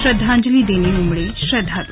श्रद्धांजलि देने उमड़े श्रद्वालु